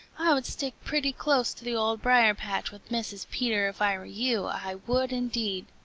i would stick pretty close to the old briar-patch with mrs. peter if i were you. i would indeed.